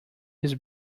his